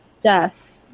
death